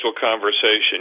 conversation